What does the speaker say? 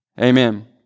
Amen